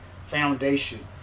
foundation